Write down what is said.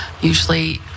usually